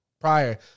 prior